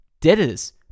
Debtors